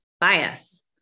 bias